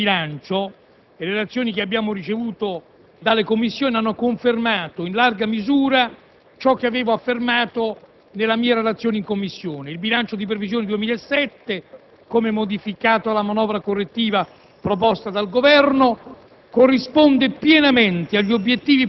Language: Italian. Il dibattito che si è svolto nella Commissione bilancio e le relazioni che abbiamo ricevuto dalle Commissioni hanno confermato in larga misura ciò che avevo affermato nella mia relazione in Commissione: il bilancio di previsione 2007, come modificato dalla manovra correttiva proposta dal Governo,